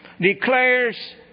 Declares